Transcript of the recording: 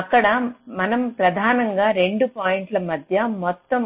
అక్కడ మనం ప్రధానంగా 2 పాయింట్ల మధ్య మొత్తం